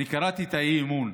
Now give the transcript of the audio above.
אני קראתי את האי-אמון: